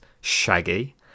Shaggy